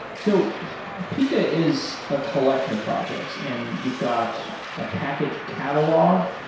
so pika is a collection of projects, and you've got a package catalog.